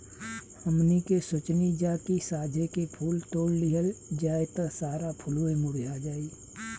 हमनी के सोचनी जा की साझे के फूल तोड़ लिहल जाइ त सारा फुलवे मुरझा जाइ